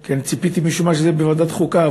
כי ציפיתי משום מה שזה יהיה בוועדת החוקה.